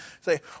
Say